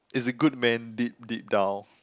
is a good man deep deep down